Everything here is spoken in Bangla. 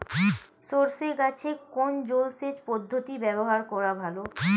সরষে গাছে কোন জলসেচ পদ্ধতি ব্যবহার করা ভালো?